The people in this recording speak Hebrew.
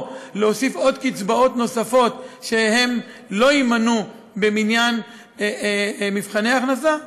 להוסיף עוד קצבאות שלא יימנו במניין מבחני הכנסה,